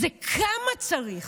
זה כמה צריך,